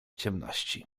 ciemności